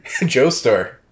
Joestar